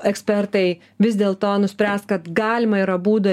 ekspertai vis dėlto nuspręs kad galima yra būdų